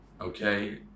okay